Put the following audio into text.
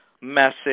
message